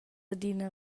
adina